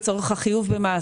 לצורך החיוב במס